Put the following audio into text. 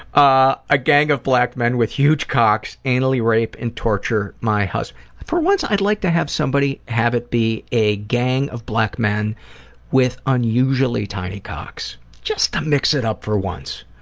ah a gang of black men with huge cocks anally rape and torture my husband for once i'd like to have somebody have it be a gang of black men with unusually tiny cocks. just to mix it up for once.